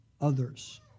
others